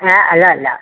ഏ അല്ല അല്ല